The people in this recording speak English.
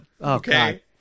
okay